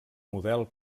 model